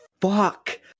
fuck